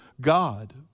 God